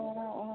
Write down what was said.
অঁ অঁ